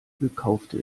gekaufte